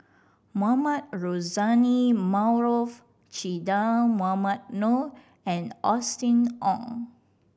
Mohamed Rozani Maarof Che Dah Mohamed Noor and Austen Ong